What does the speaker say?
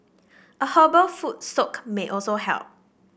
a herbal foot soak may also help